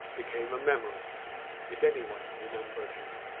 became a memory if anyone remembered him.